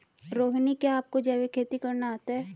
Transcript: रोहिणी, क्या आपको जैविक खेती करना आता है?